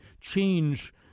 change